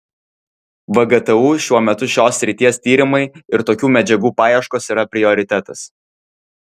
vgtu šiuo metu šios srities tyrimai ir tokių medžiagų paieškos yra prioritetas